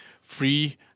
free